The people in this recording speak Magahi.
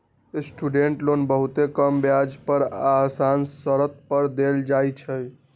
स्टूडेंट लोन बहुते कम ब्याज दर आऽ असान शरत पर देल जाइ छइ